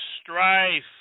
strife